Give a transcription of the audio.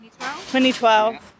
2012